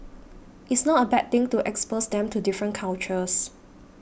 it's not a bad thing to expose them to different cultures